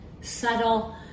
subtle